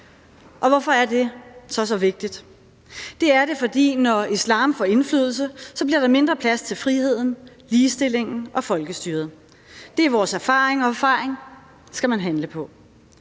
Og hvorfor er det så så vigtigt? Det er det, fordi når islam får indflydelse, bliver der mindre plads til friheden, ligestillingen og folkestyret. Det er vores erfaring, og erfaring skal man handle på.